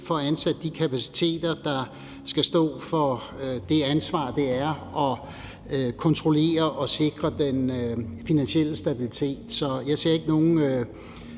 får ansat de kapaciteter, der skal stå for det ansvar, det er at kontrollere og sikre den finansielle stabilitet. Så jeg ser ikke nogen